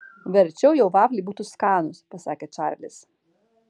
verčiau jau vafliai būtų skanūs pasakė čarlis